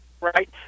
right